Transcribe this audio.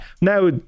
Now